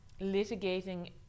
litigating